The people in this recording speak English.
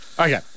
Okay